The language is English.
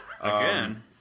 again